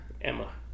Emma